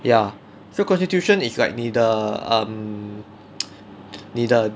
ya so constitution is like 你的 um 你的